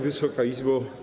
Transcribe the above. Wysoka Izbo!